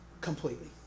completely